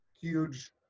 huge